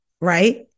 right